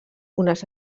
unes